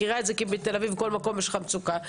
אני מכירה את זה בתל אביב כי בתל אביב יש לך מצוקה בכל מקום.